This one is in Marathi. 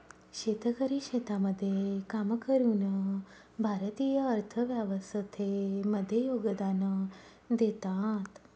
शेतकरी शेतामध्ये काम करून भारतीय अर्थव्यवस्थे मध्ये योगदान देतात